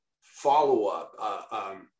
follow-up